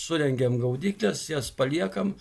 surengiam gaudykles jas paliekam